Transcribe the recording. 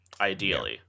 ideally